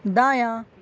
دایاں